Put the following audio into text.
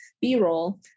B-roll